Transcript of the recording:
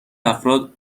افراد